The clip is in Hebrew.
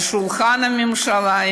על שולחן הממשלה,